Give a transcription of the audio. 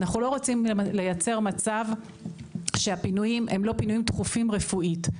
אנחנו לא רוצים לייצר מצב שהפינויים הם לא פינויים דחופים רפואית.